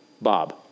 Bob